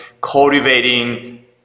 cultivating